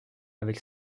avec